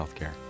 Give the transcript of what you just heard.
Healthcare